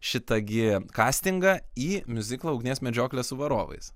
šitą gi kastingą į miuziklą ugnies medžioklė su varovais